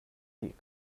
rih